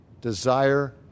Desire